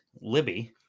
libby